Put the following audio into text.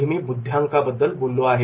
आधी मी बुद्ध्यांकाबद्दल बोललो आहे